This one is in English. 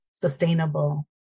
sustainable